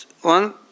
one